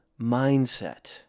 mindset